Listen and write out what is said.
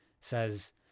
says